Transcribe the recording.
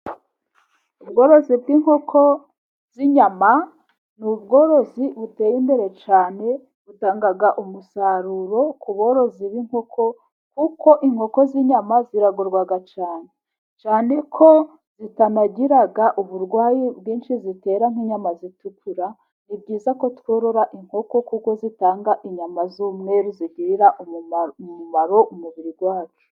Ubworozi bw'inkoko z'inyama ni ubworozi buteye imbere cyane, butanga umusaruro ku borozi b'inkoko kuko inkoko z'inyama ziragurwa cyane. Cyane ko zitanagira uburwayi bwinshi zitera nk'inyama zitukura, ni byiza ko tworora inkoko kuko zitanga inyama z'umweruru zigirira umumamaro mu umubiri wacu.